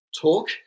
talk